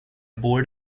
board